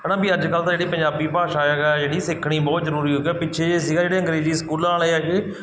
ਹੈ ਨਾ ਵੀ ਅੱਜ ਕੱਲ੍ਹ ਤਾਂ ਜਿਹੜੀ ਪੰਜਾਬੀ ਭਾਸ਼ਾ ਹੈਗਾ ਜਿਹੜੀ ਸਿੱਖਣੀ ਬਹੁਤ ਜ਼ਰੂਰੀ ਹੋ ਗਈ ਆਹ ਪਿੱਛੇ ਜਿਹੇ ਸੀਗਾ ਜਿਹੜੇ ਅੰਗਰੇਜ਼ੀ ਸਕੂਲਾਂ ਵਾਲੇ ਹੈਗੇ